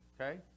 Okay